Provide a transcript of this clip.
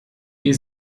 die